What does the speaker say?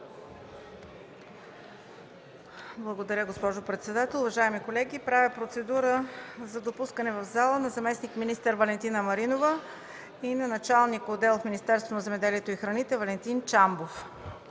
Благодаря, госпожо председател. Уважаеми колеги, правя процедура за допускане в залата на заместник-министър Валентина Маринова и на началник отдел в Министерството на земеделието и храните Валентин Чамбов.